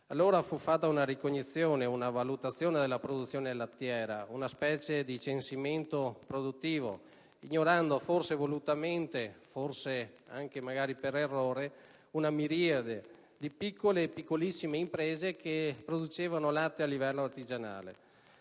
prassi, fu fatta una ricognizione, una valutazione della produzione lattiera, una specie di censimento produttivo, ignorando forse volutamente, forse anche per errore, una miriade di piccole e piccolissime imprese che producevano latte a livello artigianale.